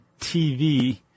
TV